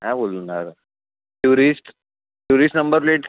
काय बोलून राहिलो टुरिस्ट टुरिस्ट नंबर प्लेट